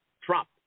Trump